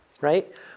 right